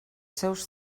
seus